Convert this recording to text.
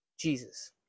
jesus